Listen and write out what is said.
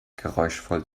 geräuschvoll